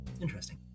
Interesting